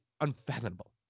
unfathomable